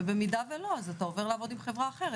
ואם היא לא אתה עובר לעבוד עם חברה אחרת.